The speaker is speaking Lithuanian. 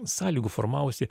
sąlygų formavosi